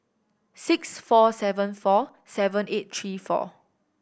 six four seven four seven eight three four